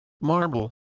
Marble